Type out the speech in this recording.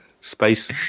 space